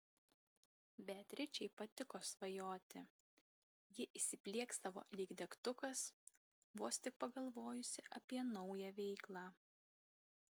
beatričei patiko svajoti ji įsiplieksdavo lyg degtukas vos tik pagalvojusi apie naują veiklą